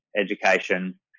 education